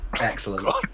Excellent